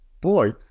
boy